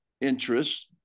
interests